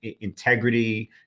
integrity